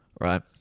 Right